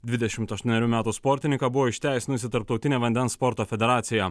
dvidešimt aštuonerių metų sportininką buvo išteisinusi tarptautinė vandens sporto federacija